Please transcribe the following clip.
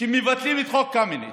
שמבטלים את חוק קמיניץ,